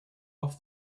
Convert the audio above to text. off